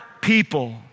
people